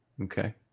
Okay